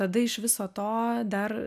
tada iš viso to dar